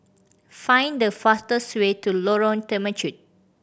find the fastest way to Lorong Temechut